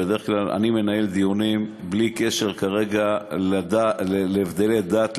אני בדרך כלל מנהל דיונים בלי קשר להבדלי דת,